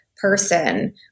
person